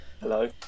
hello